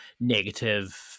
negative